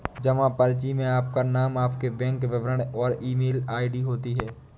जमा पर्ची में आपका नाम, आपके बैंक विवरण और ईमेल आई.डी होती है